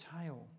tail